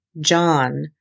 John